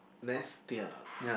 Nestia